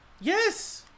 Yes